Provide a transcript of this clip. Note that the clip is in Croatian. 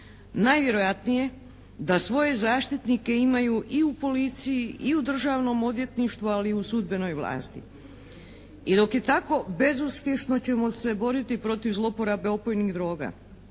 Najvjerojatnije da svoje zaštitnike imaju i u policiji i u Državnom odvjetništvu ali i u sudbenoj vlasti. I dok je tako bezuspješno ćemo se boriti protiv zlouporabe opojnih droga.